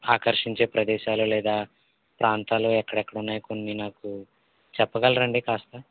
ఆకర్షించే ప్రదేశాలు లేదా ప్రాంతాలు ఎక్కడెక్కడ ఉన్నాయి కొన్ని నాకు చెప్పగలరా అండి కాస్త